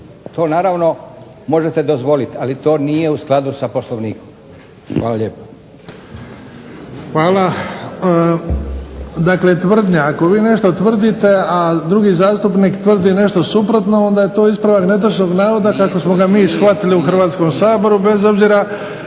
To naravno možete dozvoliti, ali to nije u skladu sa Poslovnikom. Hvala lijepo. **Bebić, Luka (HDZ)** Dakle, tvrdnja ako vi nešto tvrdite, a drugi zastupnik tvrdi nešto suprotno onda je to ispravak netočnog navoda kako smo ga mi shvatili u Hrvatskom saboru bez obzira